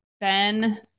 Ben